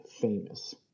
famous